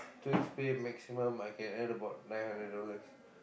two weeks pay maximum I can earn about nine hundred dollars